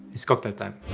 it's cocktail time!